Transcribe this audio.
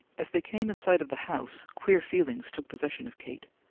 as they came in sight of the house, queer feelings took possession of kate.